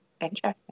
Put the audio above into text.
Interesting